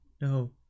No